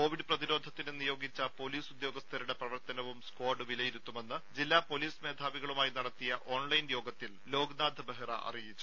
Covid പ്രതിരോധത്തിന് നിയോഗിച്ച police ഉദ്യോഗസ്ഥരുടെ പ്രവർത്തനവും സ്ക്വാഡ് വിലയിരുത്തുമെന്ന് ജില്ലാ പൊലീസ് മേധാവികളുമായി നടത്തിയ ഓൺലൈൻ യോഗത്തിൽ ലോക്നാഥ് ബെഹ്റ അറിയിച്ചു